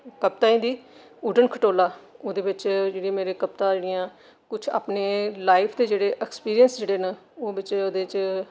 कवताएं दी उडन खटोला ओह्दे बिच्च जेह्ड़े मेरे कवतां जेह्डियां कुछ अपने लाईफ दे जेह्ड़े इक्सपीरिंस जेह्ड़े न ओह् ओह्दे च शेयर कीते दे न